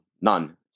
none